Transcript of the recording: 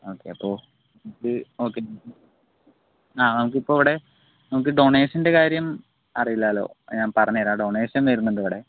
ഒക്കെ അപ്പോൾ ഇത് ഓക്കേ ആ നമ്മുക്കിപ്പോയിവിടെ നമുക്ക് ഡോനേഷൻ്റെ കാര്യമറിയില്ലല്ലോ ഞാൻ പറഞ്ഞു തരാം ഡൊനേഷൻ വരുന്നുണ്ടിവിടെ